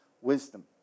wisdom